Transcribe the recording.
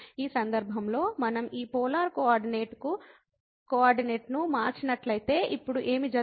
ఈ సందర్భంలో మనం ఈ పోలార్ కోఆర్డినేట్కు కోఆర్డినేట్ను మార్చినట్లయితే ఇప్పుడు ఏమి జరుగుతుంది